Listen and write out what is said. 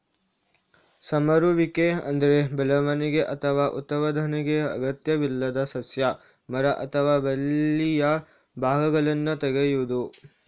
ಸಮರುವಿಕೆ ಅಂದ್ರೆ ಬೆಳವಣಿಗೆ ಅಥವಾ ಉತ್ಪಾದನೆಗೆ ಅಗತ್ಯವಿಲ್ಲದ ಸಸ್ಯ, ಮರ ಅಥವಾ ಬಳ್ಳಿಯ ಭಾಗಗಳನ್ನ ತೆಗೆಯುದು